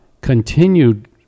continued